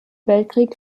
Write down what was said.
weltkrieg